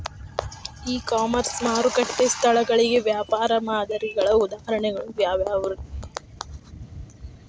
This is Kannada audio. ಇ ಕಾಮರ್ಸ್ ಮಾರುಕಟ್ಟೆ ಸ್ಥಳಗಳಿಗೆ ವ್ಯಾಪಾರ ಮಾದರಿಗಳ ಉದಾಹರಣೆಗಳು ಯಾವವುರೇ?